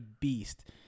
beast